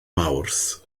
mawrth